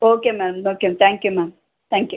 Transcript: okay ma'am okay ma'am thank you ma'am thank you